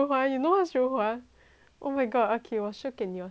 oh my god okay 我 show 给你我 show 给你